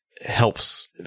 helps